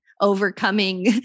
overcoming